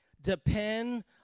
Depend